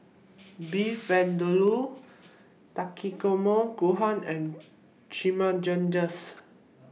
Beef Vindaloo Takikomi Gohan and Chimichangas